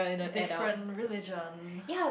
different religion